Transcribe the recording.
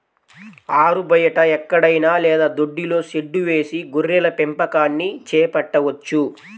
ఆరుబయట ఎక్కడైనా లేదా దొడ్డిలో షెడ్డు వేసి గొర్రెల పెంపకాన్ని చేపట్టవచ్చు